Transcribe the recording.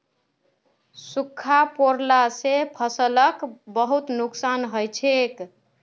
सूखा पोरला से फसलक बहुत नुक्सान हछेक